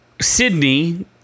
Sydney